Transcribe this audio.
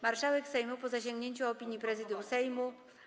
Marszałek Sejmu, po zasięgnięciu opinii Prezydium Sejmu.